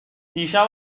دیشب